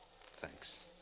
Thanks